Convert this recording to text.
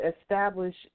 establish